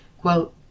Quote